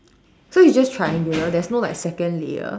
so it's just triangular there's no like second layer